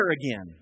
again